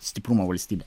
stiprumo valstybė